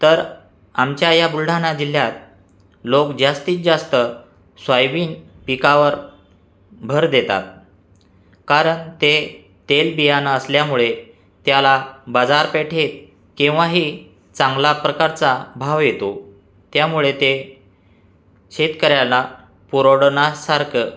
तर आमच्या या बुलढाणा जिल्ह्यात लोक जास्तीत जास्त सोयाबीन पिकावर भर देतात कारण ते तेलबियाणं असल्यामुळे त्याला बाजारपेठेत केव्हाही चांगल्या प्रकारचा भाव येतो त्यामुळे ते शेतकऱ्यांना पुरोडनासारखं